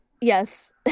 yes